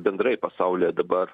bendrai pasaulyje dabar